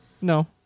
No